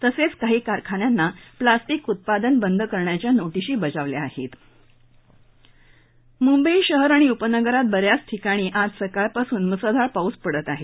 तसेच काही कारखान्यांना प्लास्टिक उत्पादन बंद करण्याच्या नोटीसा बजावल्या आहेत मुंबई शहर आणि उपनगरांत ब याच ठिकाणी सकाळपासून मुसळधार पाऊस पडत आहे